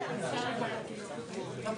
קח